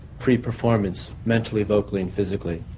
preperformance. mentally, vocally and physically?